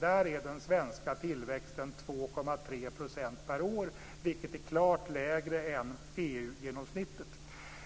Där har den svenska tillväxten varit 2,3 % per år, vilket är klart lägre än EU-genomsnittet.